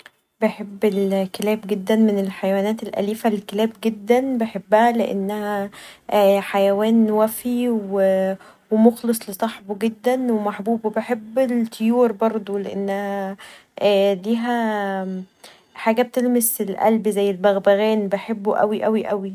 بحب الكلاب جدا من الحيوانات الاليفه الكلاب جدا بحبها حيوان وافي و مخلص لصاحبه جدا ومحبوب و بحب الطيور برضو لان ليها حاجه بتلمس القلب زي البغبغان بحبه اوي اوي اوي